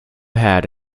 had